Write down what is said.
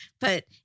But-